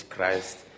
Christ